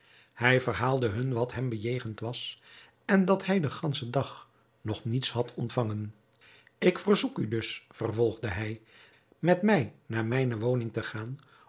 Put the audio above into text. hij verhaalde hun wat hem bejegend was en dat hij den ganschen dag nog niets had ontvangen ik verzoek u dus vervolgde hij met mij naar mijne woning te gaan